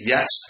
Yes